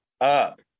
up